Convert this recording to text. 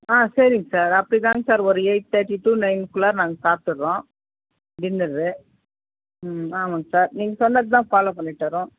ஆ சரிங் சார் அப்படிதாங் சார் ஒரு எயிட் தேட்டி டூ நைன் குள்ளாற நாங்கள் சாப்பிட்டுர்றோம் டின்னரு ம் ஆமாங்க சார் நீங்கள் சொன்னதுதான் ஃபாலோ பண்ணிகிட்டு வரோம்